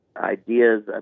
Ideas